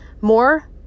more